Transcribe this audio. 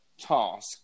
task